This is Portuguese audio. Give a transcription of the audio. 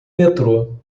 metrô